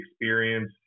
experience